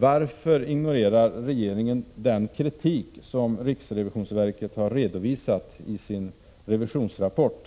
Varför ignorerar regeringen den kritik som riksrevisionsverket har redovisat i sin revisionsrapport